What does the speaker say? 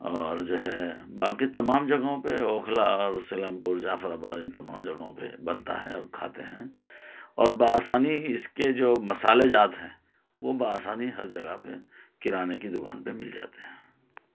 اور جو ہے باقی تمام جگہوں پہ اوکھلا اور سیلم پور جعفرآباد ان تمام جگہوں پہ بنتا ہے اور کھاتے ہیں اور بآسانی اس کے جو مسالے جات ہیں وہ بآسانی ہر جگہ پہ کرانے کی دکان پہ مل جاتے ہیں